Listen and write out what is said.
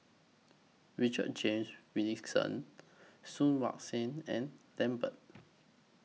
Richard James Wilkinson Soon Wah Siang and Lambert